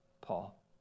Paul